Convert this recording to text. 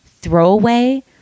throwaway